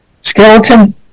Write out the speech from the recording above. skeleton